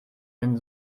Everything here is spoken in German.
denn